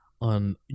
on